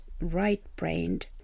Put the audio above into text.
right-brained